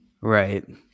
Right